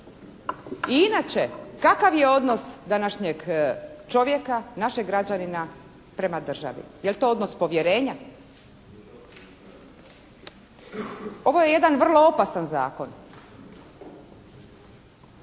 I inače kakav je odnos današnjeg čovjeka, našeg građanina prema državi? Jel to odnos povjerenja? Ovo je jedan vrlo opasan zakon,